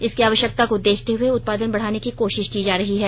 इसकी आवश्यकता को देखते हुए उत्पादन बढ़ाने की कोशिश की जा रही है